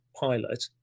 pilot